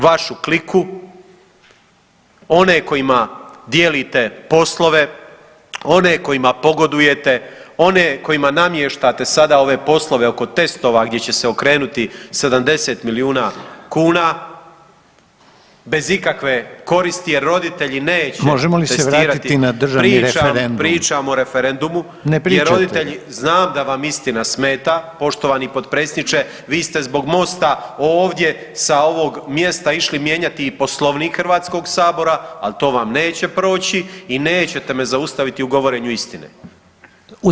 Vašu kliku, one kojima dijelite poslove, one kojima pogodujete, one kojima namještate sada ove poslove oko testova gdje će se okrenuti 70 milijuna kuna, bez ikakve koristi jer roditelji neće [[Upadica: Možemo li se vratiti na državni referendum?]] testirati, pričam, pričam o referendumu jer roditelji, [[Upadica: Ne pričate.]] znam da vam istina smeta, poštovani potpredsjedniče, vi ste zbog Mosta ovdje sa ovog mjesta išli mijenjati i Poslovnik HS-a, ali to vam neće proći i nećete me zaustaviti u govorenju istine.